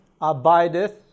abideth